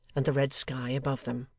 and the red sky above them.